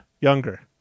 younger